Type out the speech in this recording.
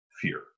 fear